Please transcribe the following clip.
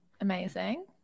Amazing